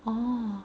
orh